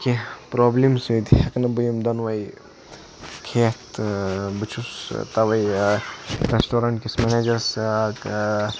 کینٛہہ پرابلمز بہٕ ہیٚکَکھ نہٕ یِم دۄنواے کھیٚتھ بہٕ چھُس تَوَاے ریٚسٹورنٹ کِس میٚنیجرس